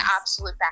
absolute